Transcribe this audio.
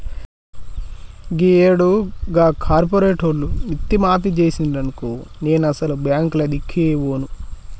గీయేడు గా కార్పోరేటోళ్లు మిత్తి మాఫి జేసిండ్రనుకో నేనసలు బాంకులదిక్కే బోను